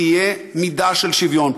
תהיה מידה של שוויון.